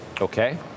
Okay